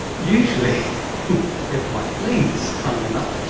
usually they are quite pleased, funnily enough.